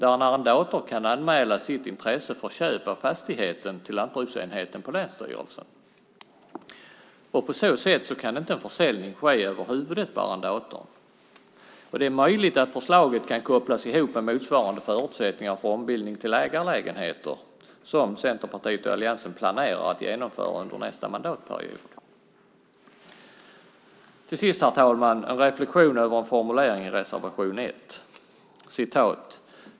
En arrendator kan anmäla sitt intresse för köp av fastigheten till lantbruksenheten på länsstyrelsen. På så sätt kan inte en försäljning ske över huvudet på arrendatorn. Det är möjligt att förslaget kan kopplas med motsvarande förutsättningar för ombildning till ägarlägenheter som Centerpartiet och alliansen planerar att genomföra under nästa mandatperiod. Till sist, herr talman, en reflexion över en formulering i reservation 1.